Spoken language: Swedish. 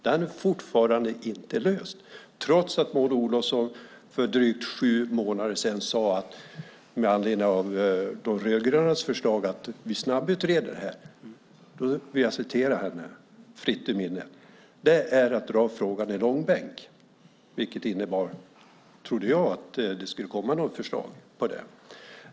Den frågan är fortfarande inte löst trots att Maud Olofsson för drygt sju månader sedan med anledning av De rödgrönas förslag att snabbutreda detta - och jag återger vad hon sade fritt ur minnet - sade att det är att dra frågan ur långbänk. Jag trodde att det innebar att det skulle komma något förslag.